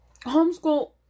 homeschool